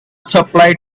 supply